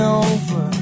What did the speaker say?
over